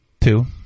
two